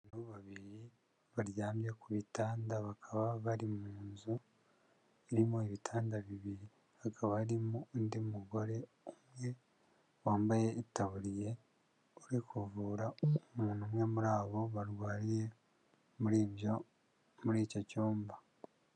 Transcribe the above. Abagabo babiri baryamye ku bitanda, bakaba bari mu nzu irimo ibitanda bibiri, hakaba harimo undi mugore umwe wambaye itaburiya, uri kuvura umuntu umwe muri abo barwariye muri ibyo, muri icyo cyumba.